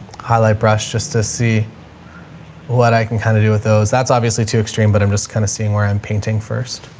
highlight brush just to see what i can kind of do with those. that's obviously too extreme, but i'm just kind of seeing where i'm painting first.